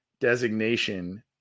designation